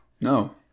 No